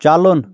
چَلُن